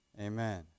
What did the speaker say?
Amen